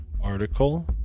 article